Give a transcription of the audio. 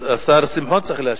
השר שמחון צריך להשיב.